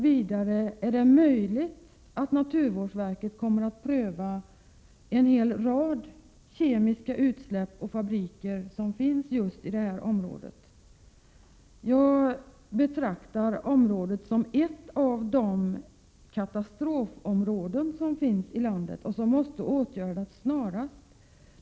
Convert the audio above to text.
Vidare: Är det möjligt att naturvårdsverket kommer att pröva en hel rad kemiska utsläpp och fabriker just i detta område? Jag betraktar Sundsvallsområdet som ett av katastrofområdena i landet som måste åtgärdas snarast.